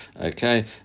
okay